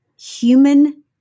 human